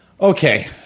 Okay